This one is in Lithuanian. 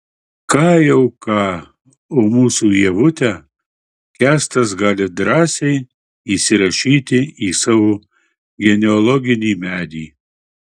ką jau ką o mūsų ievutę kęstas gali drąsiai įsirašyti į savo genealoginį medį